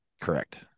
Correct